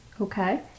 Okay